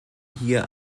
hier